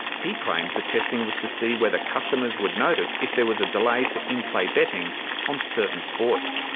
he claims the testing was to see whether customers would notice if there was a delay for in-play betting on certain sports.